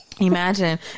Imagine